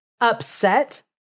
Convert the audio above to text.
upset